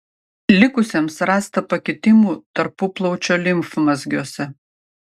likusiems rasta pakitimų tarpuplaučio limfmazgiuose